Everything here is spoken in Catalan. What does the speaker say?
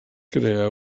creà